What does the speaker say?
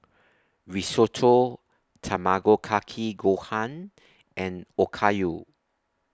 Risotto Tamago Kake Gohan and Okayu